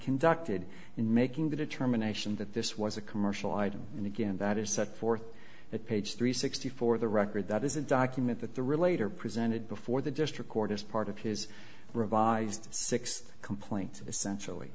conducted in making the determination that this was a commercial item and again that is set forth that page three sixty four the record that is a document that the relator presented before the district court as part of his revised six complaint essentially